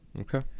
Okay